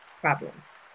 problems